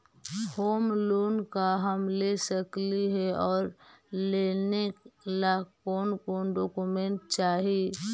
Home loan का हम ले सकली हे, और लेने ला कोन कोन डोकोमेंट चाही?